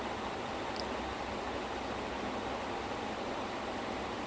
ya that time he was there to speak and afterward he just started making bad music